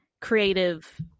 creative